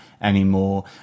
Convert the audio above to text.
anymore